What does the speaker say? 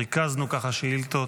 ריכזנו שאילתות.